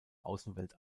außenwelt